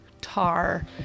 tar